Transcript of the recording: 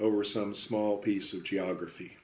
over some small piece of geography